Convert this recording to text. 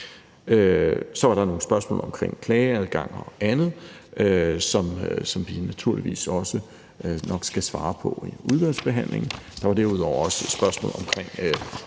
Så var der nogle spørgsmål om klageadgang og andet, som vi naturligvis også nok skal svare på i udvalgsbehandlingen. Derudover var der også et spørgsmål om